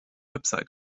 website